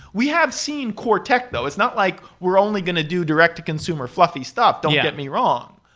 we have seen coretech though. it's not like we're only going to do direct to consumer fluffy stuff. don't get me wrong.